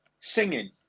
singing